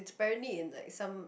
it's apparently in like some